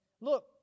Look